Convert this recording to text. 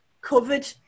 covered